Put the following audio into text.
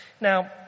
Now